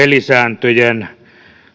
pelisääntöjen